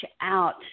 out